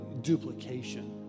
duplication